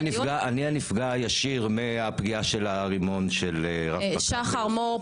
אני הנפגע הישיר מהפגיעה של הרימון של רב-פקד מאיר סוויסה.